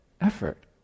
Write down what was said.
effort